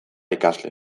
ikasle